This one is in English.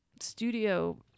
studio